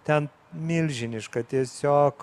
ten milžiniška tiesiog